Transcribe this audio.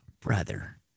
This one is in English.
brother